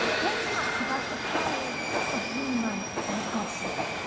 very much about the power of rumor and gossip,